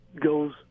goes